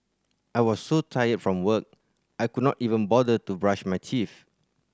I was so tired from work I could not even bother to brush my teeth